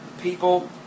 people